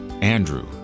Andrew